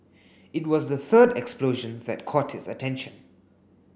it was the third explosion that caught his attention